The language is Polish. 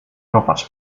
popatrz